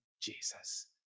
Jesus